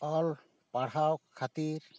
ᱚᱞ ᱯᱟᱲᱦᱟᱣ ᱠᱷᱟᱹᱛᱤᱨ